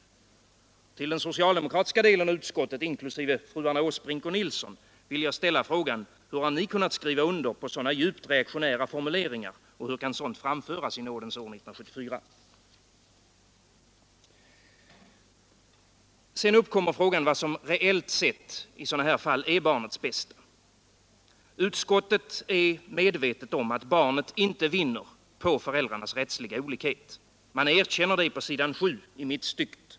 Och till den socialdemokratiska delen av utskottet, inklusive fruarna Åsbrink och Nilsson i Sunne, vill jag ställa frågan: Hur har ni kunnat skriva under sådana djupt reaktionära formuleringar? Hur kan sådant framföras i nådens år 1974? Sedan uppkommer frågan om vad som reellt sett i sådana här fall är barnets bästa. Utskottet är medvetet om att barnet inte vinner på föräldrarnas rättsliga olikhet. Man erkänner det på s. 7 i mittstycket.